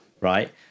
right